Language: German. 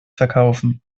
verkaufen